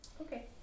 Okay